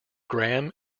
graham